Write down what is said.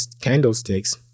candlesticks